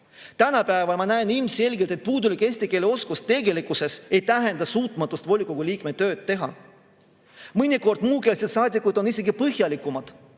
Praegu ma näen ilmselgelt, et puudulik eesti keele oskus tegelikkuses ei tähenda suutmatust volikogu liikme tööd teha. Mõnikord on muukeelsed saadikud isegi põhjalikumad.